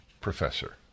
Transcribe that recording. professor